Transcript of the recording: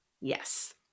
Yes